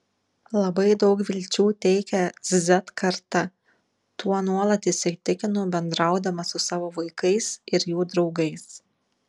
labai daug vilčių teikia z karta tuo nuolat įsitikinu bendraudama su savo vaikais ir jų draugais